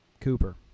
cooper